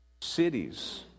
cities